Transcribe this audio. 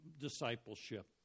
discipleship